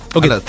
Okay